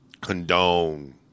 condone